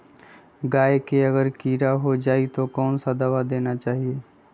गाय को अगर कीड़ा हो जाय तो कौन सा दवा देना चाहिए?